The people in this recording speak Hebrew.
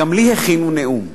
גם לי הכינו נאום.